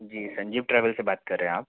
जी Sanjeev travels से बात कर रहे हैं आप